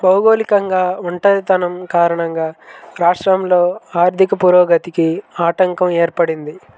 భౌగోళికంగా ఒంటరితనం కారణంగా రాష్ట్రంలో ఆర్థిక పురోగతికి ఆటంకం ఏర్పడింది